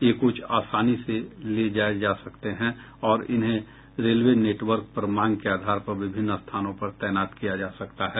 ये कोच आसानी से लाए ले जाए सकते हैं और इन्हें रेलवे नेटवर्क पर मांग के आधार पर विभिन्न स्थानों पर तैनात किया जा सकता है